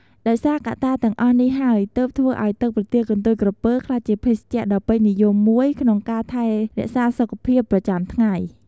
ដោយសារកត្តាទាំងអស់នេះហើយ ទើបធ្វើឲ្យទឹកប្រទាលកន្ទុយក្រពើក្លាយជាភេសជ្ជៈដ៏ពេញនិយមមួយក្នុងការថែរក្សាសុខភាពប្រចាំថ្ងៃ។